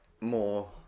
more